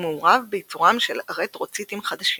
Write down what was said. ומעורב בייצורם של ארתרוציטים חדשים.